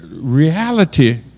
reality